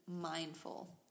mindful